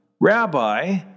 Rabbi